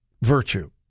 virtue